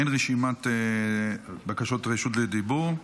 אין רשימת בקשות רשות דיבור.